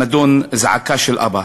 הנדון: זעקה של אבא.